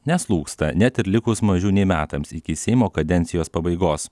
neslūgsta net ir likus mažiau nei metams iki seimo kadencijos pabaigos